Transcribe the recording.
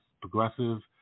progressive